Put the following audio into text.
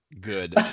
good